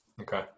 Okay